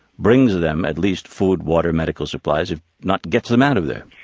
brings them at least food, water, medical supplies, if not gets them out of there?